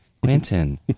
Quentin